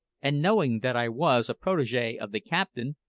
and knowing that i was a protege of the captain,